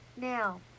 Now